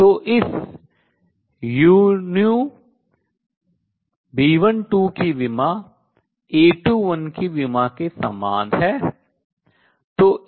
तो इस uTB12 की विमा A21 की विमा के समान है